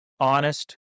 honest